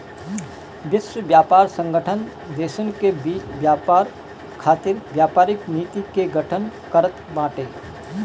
विश्व व्यापार संगठन देसन के बीच व्यापार खातिर व्यापारिक नीति के गठन करत बाटे